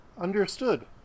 Understood